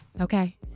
okay